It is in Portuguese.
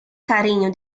carrinho